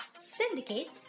syndicate